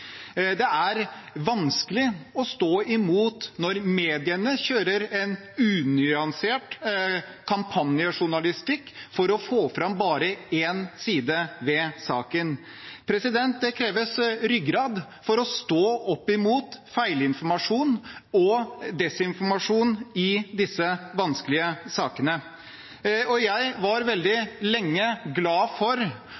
Det er vanskelig å stå imot når mediene kjører en unyansert kampanjejournalistikk for å få fram bare én side av saken. Det kreves ryggrad å stå opp mot feilinformasjon og desinformasjon i disse vanskelige sakene, og jeg var veldig